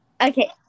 Okay